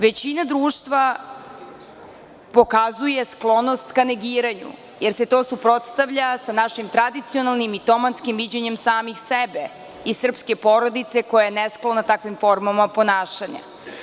Većina društva pokazuje sklonost ka negiranju, jer se to suprotstavlja sa našim tradicionalnim i tomatskim viđenjem samih sebe i srpske porodice koja ne sklona takvim formama ponašanja.